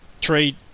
trade